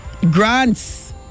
grants